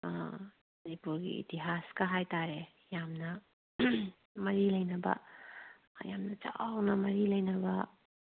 ꯑꯥ ꯃꯅꯤꯄꯨꯔꯒꯤ ꯏꯇꯤꯍꯥꯁꯀꯥ ꯍꯥꯏꯇꯔꯦ ꯌꯥꯝꯅ ꯃꯔꯤ ꯂꯩꯅꯕ ꯌꯥꯝꯅ ꯆꯥꯎꯅ ꯃꯔꯤ ꯂꯩꯅꯕ